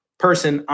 person